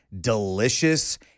delicious